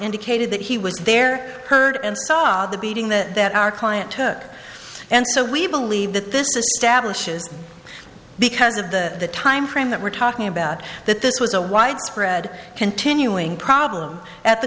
indicated that he was there heard and saw the beating that that our client took and so we believe that this is because of the time frame that we're talking about that this was a widespread continuing problem at the